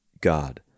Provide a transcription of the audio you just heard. God